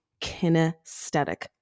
kinesthetic